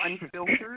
unfiltered